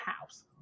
house